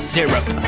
Syrup